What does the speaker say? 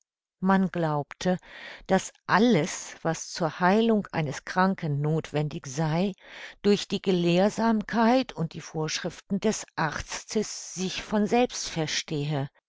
man glaubte daß alles was zur heilung eines kranken nothwendig sei durch die gelehrsamkeit und die vorschriften des arztes sich von selbst verstehe